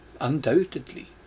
undoubtedly